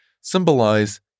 symbolize